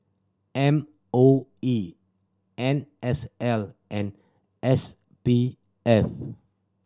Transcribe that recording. M O E N S L and S P F